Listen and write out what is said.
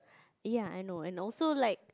ya I know and also like